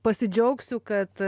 pasidžiaugsiu kad